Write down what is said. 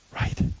Right